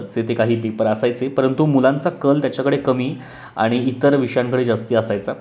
चे ते काही पेपर असायचे परंतु मुलांचा कल त्याच्याकडे कमी आणि इतर विषयांकडे जास्त असायचा